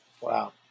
Wow